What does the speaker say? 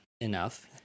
enough